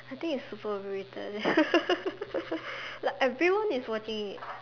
I think is super overrated leh like everyone is watching it